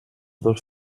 dos